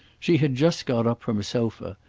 she had just got up from a sofa,